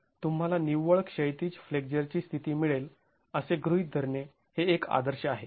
तर तुम्हाला निव्वळ क्षैतिज फ्लेक्झर ची स्थिती मिळेल असे गृहीत धरणे हे एक आदर्श आहे